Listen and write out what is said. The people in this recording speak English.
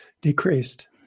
decreased